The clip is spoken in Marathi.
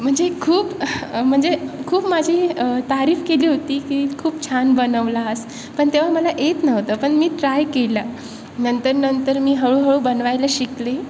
म्हणजे खूप म्हणजे खूप माझी तारीफ केली होती की खूप छान बनवलास पण तेव्हा मला येत नव्हतं पण मी ट्राय केलं नंतर नंतर मी हळूहळू बनवायला शिकले